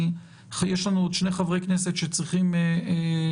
יש לנו עוד שני חברי כנסת שצריכים להתייחס,